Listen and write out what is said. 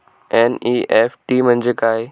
NEFT म्हणजे काय?